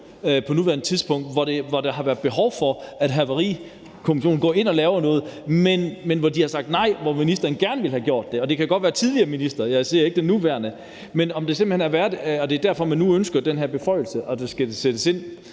antal ulykker, hvor der har været behov for, at Havarikommissionen gik ind og lavede noget, men hvor den sagde nej, og hvor ministeren gerne ville have det gjort – det kan godt være tidligere ministre, jeg siger ikke, at det skal være den nuværende – men om der simpelt hen har været det, og at det er derfor, man nu ønsker, at den her beføjelse skal sættes ind.